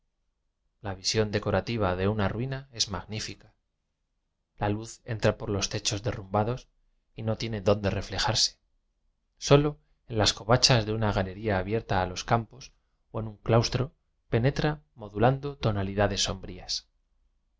la visión decorativa de una ruina es magnífica la luz entra por los techos de rrumbados y no tiene donde reflejarse sólo en las covachas de una galería abierta a los campos o en un claustro penetra modulando tonalidades sombrías